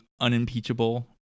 unimpeachable